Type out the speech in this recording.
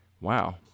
Wow